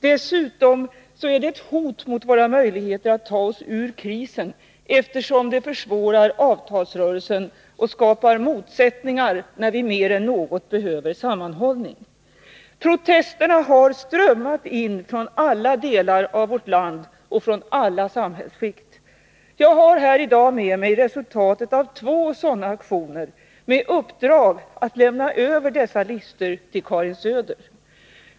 Dessutom är det ett hot mot våra möjligheter att ta oss ur krisen, eftersom det försvårar avtalsrörelsen och skapar motsättningar när vi mer än någonsin behöver sammanhållning. Protesterna har strömmat in från alla delar av vårt land och från alla samhällsskikt. Jag har här i dag med mig resultatet av två sådana aktioner, och jag har fått i uppdrag att lämna över dessa listor till Karin Söder.